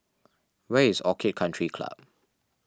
where is Orchid Country Club